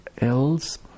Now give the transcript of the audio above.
else